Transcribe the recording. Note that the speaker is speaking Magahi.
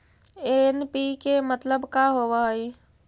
एन.पी.के मतलब का होव हइ?